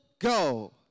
go